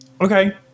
Okay